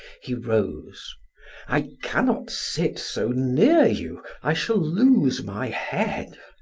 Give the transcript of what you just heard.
he rose i cannot sit so near you. i shall lose my head.